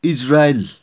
Israel